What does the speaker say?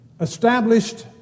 established